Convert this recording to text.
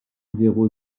zéro